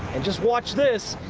and just watch this.